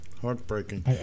Heartbreaking